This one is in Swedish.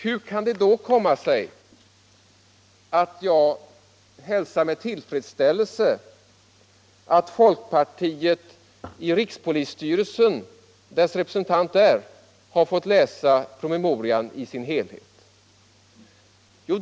Hur kan det då komma sig att jag hälsar med tillfredsställelse att folkpartiets representant i rikspolisstyrelsen har fått läsa promemorian i dess helhet?